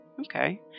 Okay